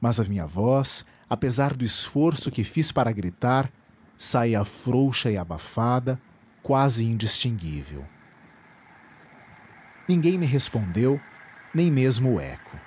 mas a minha voz apesar do esforço que fiz para gritar saía frouxa e abafada quase indistinguível ninguém me respondeu nem mesmo o eco